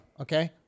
okay